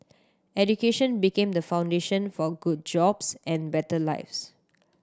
education became the foundation for good jobs and better lives